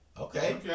Okay